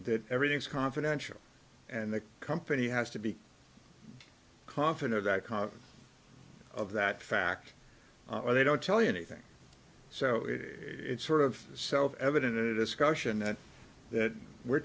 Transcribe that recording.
that everything is confidential and the company has to be confident that content of that fact they don't tell you anything so it's sort of self evident in a discussion and that we're